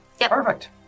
Perfect